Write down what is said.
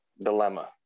dilemma